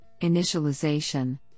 initialization